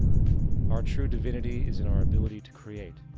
our true divinity is in our ability to create.